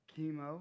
chemo